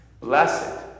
Blessed